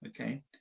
Okay